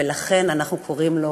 ולכן אנחנו קוראים לו